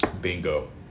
Bingo